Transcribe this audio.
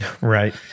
Right